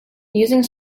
using